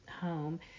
home